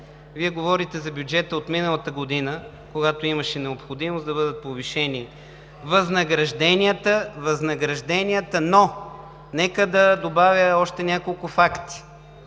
Вие говорите за бюджета от миналата година, когато имаше необходимост да бъдат повишени възнагражденията, но нека да добавя още няколко факти.